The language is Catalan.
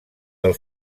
del